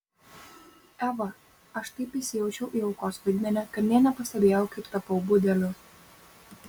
eva aš taip įsijaučiau į aukos vaidmenį kad nė nepastebėjau kaip tapau budeliu